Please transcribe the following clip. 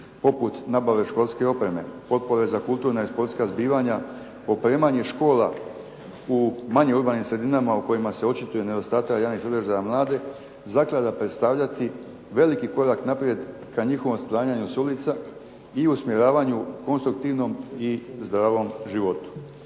poput nabave školske opreme, potpore za kulturna i sportska zbivanja, opremanje škola u manjim urbanim sredinama u kojima se očituje nedostatak … /Ne razumije se./ … za mlade, zaklada predstavljati veliki korak naprijed ka njihovom sklanjanju s ulica i usmjeravanju konstruktivnom i zdravom životu.